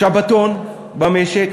שבתון במשק,